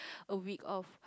a week of